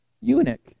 eunuch